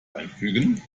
einfügen